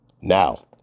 Now